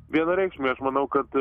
vienareikšmiai aš manau kad